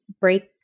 break